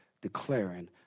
declaring